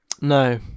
No